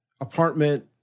apartment